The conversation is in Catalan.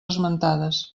esmentades